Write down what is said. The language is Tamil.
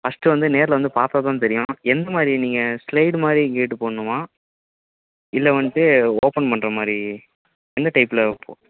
ஃபர்ஸ்ட்டு வந்து நேரில் வந்து பார்த்தா தான் தெரியும் எந்தமாதிரி நீங்கள் ஸ்லைடு மாதிரி கேட்டு போடணுமா இல்லை வந்துட்டு ஓப்பன் பண்ணுற மாதிரி எந்த டைப்பில்